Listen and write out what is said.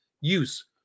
use